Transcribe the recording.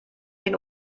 den